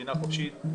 כמדינה חופשית.